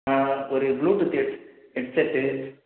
ஒரு Bluetooth head set